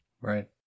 Right